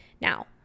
now